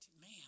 man